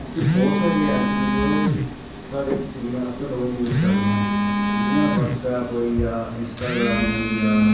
अस बहोत सारे ऐपस न जो साढ़े जियां अस रोज यूज करनेआं जियां व्हाट्सएप होइया इंस्टाग्राम होइया